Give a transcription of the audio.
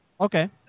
Okay